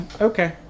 Okay